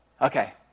Okay